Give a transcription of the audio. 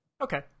Okay